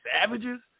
savages